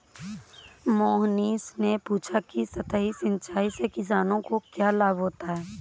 मोहनीश ने पूछा कि सतही सिंचाई से किसानों को क्या लाभ होता है?